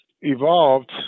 evolved